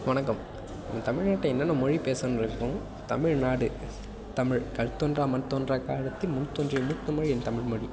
வணக்கம் தமிழ் நாட்டில் என்னென்ன மொழி தமிழ்நாடு தமிழ் கல் தோன்றா மண் தோன்றா காலத்தில் முன் தோன்றிய மூத்தமொழி என் தமிழ் மொழி